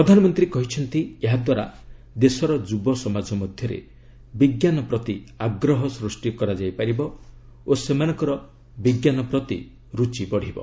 ପ୍ରଧାନମନ୍ତ୍ରୀ କହିଛନ୍ତି ଏହାଦ୍ୱାରା ଦେଶର ଯୁବସମାଜ ମଧ୍ୟରେ ବିଜ୍ଞାନ ପ୍ରତି ଆଗ୍ରହ ସୃଷ୍ଟି କରାଯାଇପାରିବ ଓ ସେମାନଙ୍କର ବିଜ୍ଞାନ ପ୍ରତି ରୁଚି ବଢ଼ିବ